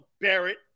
Barrett